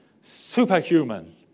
superhuman